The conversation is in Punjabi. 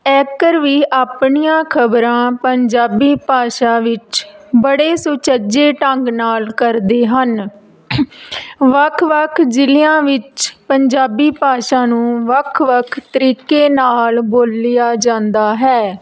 ਐਕਰ ਵੀ ਆਪਣੀਆਂ ਖ਼ਬਰਾਂ ਪੰਜਾਬੀ ਭਾਸ਼ਾ ਵਿੱਚ ਬੜੇ ਸੁਚੱਜੇ ਢੰਗ ਨਾਲ ਕਰਦੇ ਹਨ ਵੱਖ ਵੱਖ ਜ਼ਿਲ੍ਹਿਆਂ ਵਿੱਚ ਪੰਜਾਬੀ ਭਾਸ਼ਾ ਨੂੰ ਵੱਖ ਵੱਖ ਤਰੀਕੇ ਨਾਲ ਬੋਲਿਆ ਜਾਂਦਾ ਹੈ